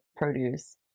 produce